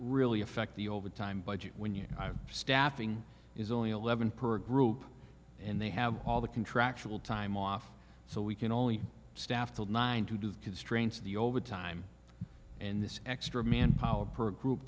really affect the overtime budget when you staffing is only eleven per group and they have all the contractual time off so we can only staff till nine to do the constraints of the overtime and this extra manpower per group